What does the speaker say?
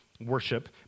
worship